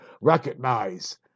recognize